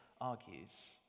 argues